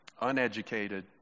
Uneducated